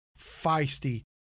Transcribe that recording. feisty